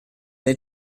they